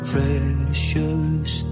Precious